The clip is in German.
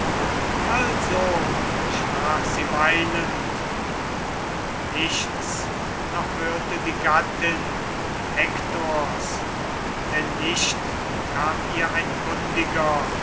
also sprach sie weinend doch nichts noch hörte die gattin hektors denn nicht kam ihr ein kundiger